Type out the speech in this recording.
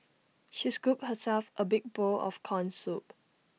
she scooped herself A big bowl of Corn Soup